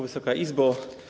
Wysoka Izbo!